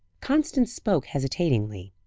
constance spoke hesitatingly.